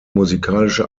musikalische